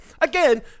again